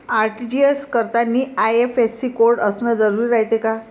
RTGS करतांनी IFSC code असन जरुरी रायते का?